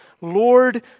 Lord